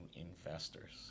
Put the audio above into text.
investors